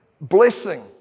blessing